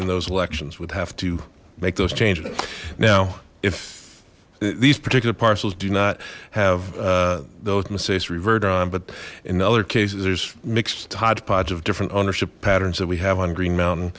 in those elections would have to make those changes now if these particular parcels do not have those mistakes revert on but in other cases there's mixed hodgepodge of different ownership patterns that we have on green mountain